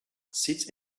sits